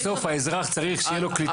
בסוף האזרח צריך שיהיה לו קליטה.